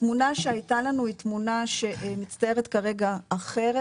התמונה שהייתה לנו היא תמונה שמצטיירת כרגע אחרת.